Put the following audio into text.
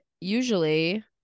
usually